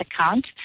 account